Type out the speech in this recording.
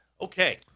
Okay